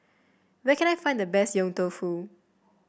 where can I find the best Yong Tau Foo